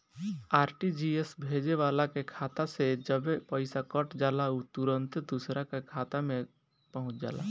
RTGS भेजे वाला के खाता से जबे पईसा कट जाला उ तुरंते दुसरा का खाता में पहुंच जाला